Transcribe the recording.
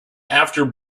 after